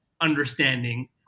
understanding